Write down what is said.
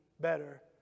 better